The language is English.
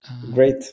Great